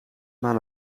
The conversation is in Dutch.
maar